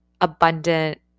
abundant